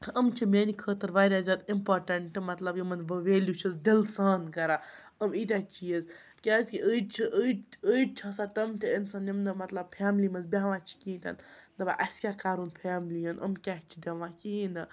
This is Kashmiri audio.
یِم چھِ میٛانہِ خٲطرٕ واریاہ زیادٕ اِمپاٹنٛٹ مطلب یِمَن بہٕ ویلیوٗ چھُس دِلہٕ سان کَران یِم ییٖتیٛاہ چیٖز کیٛازِکہِ أڑۍ چھِ أڑۍ أڑۍ چھِ آسان تِم تہِ اِنسان یِم نہٕ مطلب فیملی منٛز بیٚہوان چھِ کِہیٖنۍ تہِ نہٕ دَپان اَسہِ کیٛاہ کَرُن فیملی یَن یِم کیٛاہ چھِ دِوان کِہیٖنۍ نہٕ